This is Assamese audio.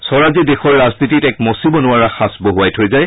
স্বৰাজে দেশৰ ৰাজনীতিত এক মচিব নোৱাৰা সাঁচ বহুৱাই থৈ যায়